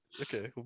okay